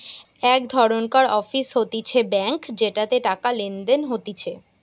এক ধরণকার অফিস হতিছে ব্যাঙ্ক যেটাতে টাকা লেনদেন হতিছে